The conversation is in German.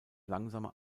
langsame